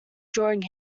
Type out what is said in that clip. drawing